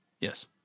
yes